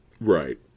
right